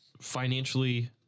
financially